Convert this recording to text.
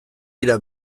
dira